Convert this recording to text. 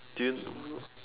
do you